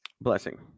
blessing